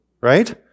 right